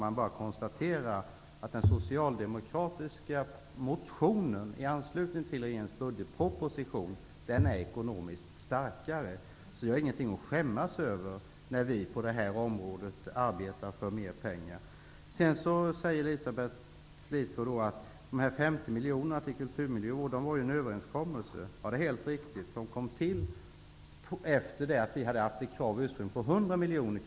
Jag bara konstaterar att den socialdemokratiska motionen i anslutning till regeringens budgetproposition är ekonomiskt starkare. Vi har således inget att skämmas för när vi på det här området arbetar för mera pengar. Elisabeth Fleetwood sade att dessa 50 miljoner kronor till kulturmiljövård ingick i en överenskommelse. Det är helt riktigt. Överenskommelsen kom till efter det att vi framförde ett krav på 100 miljoner.